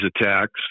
attacks